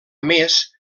més